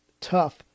tough